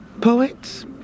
poets